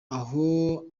aho